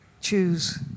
Choose